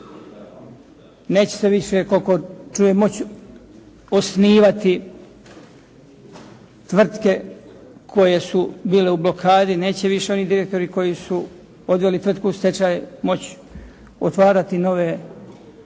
neće se više koliko čujem moći osnivati tvrtke koje su bile u blokadi, neće više oni direktori koji su odveli tvrtku u stečaj moći otvarati nove i